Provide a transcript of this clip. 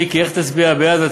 מיקי, איך תצביע בעד?